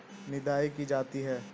निदाई की जाती है?